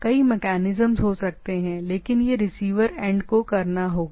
इसलिए उपयुक्त मेकैनिजम्स हो सकते हैं लेकिन यह रिसीवर एंड को करना होगा